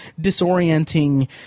disorienting